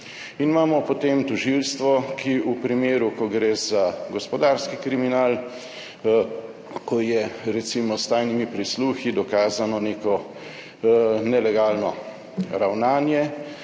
In imamo potem tožilstvo, ki v primeru, ko gre za gospodarski kriminal, ko je recimo s tajnimi prisluhi dokazano neko nelegalno ravnanje